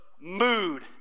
mood